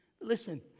listen